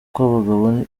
kw’abagabo